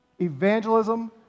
evangelism